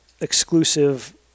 exclusive